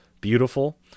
beautiful